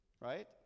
Right